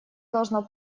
должно